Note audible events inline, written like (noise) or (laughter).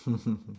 (laughs)